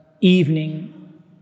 evening